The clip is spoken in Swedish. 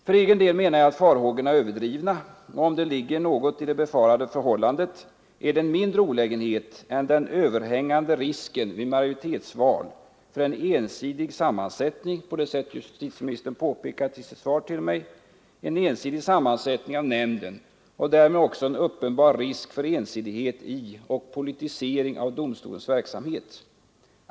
För egen del menar jag att farhågorna är överdrivna. Om det ligger något i det befarade förhållandet är det ändå en mindre olägenhet än den överhängande risken för en ensidig sammansättning av nämnden vid majoritetsval, på det sätt som justitieministern angivit i sitt svar till mig, och därmed också en uppenbar risk för ensidighet i och politisering av domstolens verksamhet.